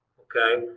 okay?